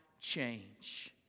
change